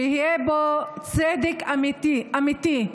שיהיה בו צדק אמיתי,